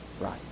right